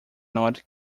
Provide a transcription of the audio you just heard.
not